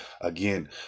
again